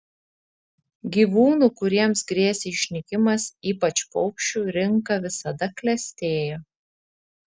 gyvūnų kuriems grėsė išnykimas ypač paukščių rinka visada klestėjo